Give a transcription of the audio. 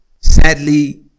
sadly